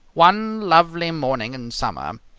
one lovely morning in summer,